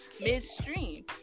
midstream